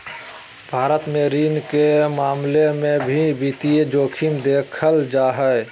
भारत मे ऋण के मामलों मे भी वित्तीय जोखिम देखल जा हय